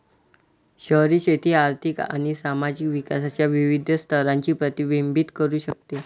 शहरी शेती आर्थिक आणि सामाजिक विकासाच्या विविध स्तरांचे प्रतिबिंबित करू शकते